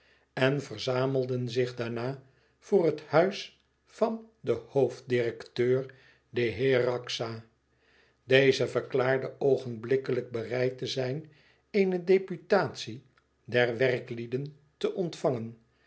en verzamelden zich daarna voor het huis van den hoofddirekteur den heer raxa deze verklaarde oogenblikkelijk bereid te zijn eene deputatie der werklieden te ontvangen